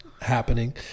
happening